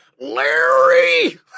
Larry